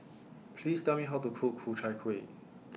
Please Tell Me How to Cook Ku Chai Kuih